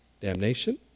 damnation